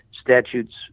statutes